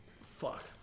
Fuck